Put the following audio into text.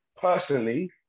personally